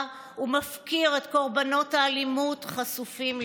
ומפקיר את קורבנות האלימות חשופים לגורלם.